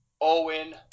Owen